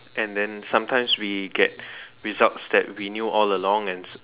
and then sometimes we get results that we knew all along and